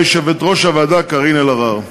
שר התקשורת הקודם, ויושבת-ראש הוועדה קארין אלהרר.